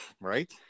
right